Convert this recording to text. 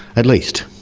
at least,